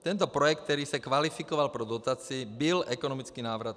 Tento projekt, který se kvalifikoval pro dotaci, byl ekonomicky návratný.